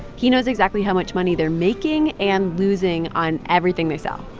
he knows exactly how much money they're making and losing on everything they sell.